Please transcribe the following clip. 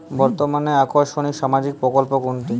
বর্তমানে আকর্ষনিয় সামাজিক প্রকল্প কোনটি?